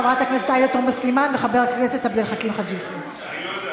חברת הכנסת עאידה תומא סלימאן וחבר הכנסת עבד אל חכים חאג' יחיא.